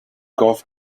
golf